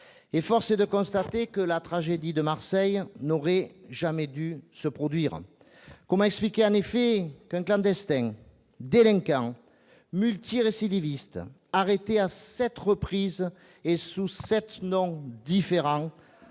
Or force est de constater que la tragédie de Marseille n'aurait jamais dû se produire. Comment expliquer en effet qu'un clandestin, délinquant multirécidiviste, arrêté à sept reprises et sous sept noms différents,